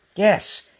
Yes